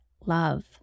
love